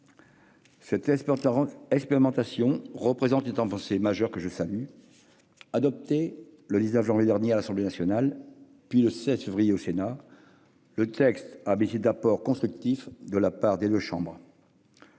Cette expérimentation représente une avancée majeure, que je salue. Adopté le 19 janvier dernier à l'Assemblée nationale, puis le 16 février suivant au Sénat, le texte a bénéficié d'apports constructifs de la part des deux chambres.